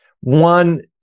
One